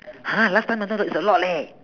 !huh! last time I remember that is a lot leh